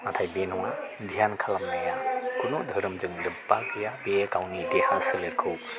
नाथाय बे नङा ध्यान खालामनाया खुनु धोरोमजों लोब्बा गैया बेयो गावनि देहा सोलेरखौ